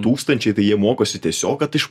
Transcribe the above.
tūkstančiai tai jie mokosi tiesiog kad iš